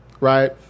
right